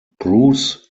bruce